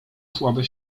słabe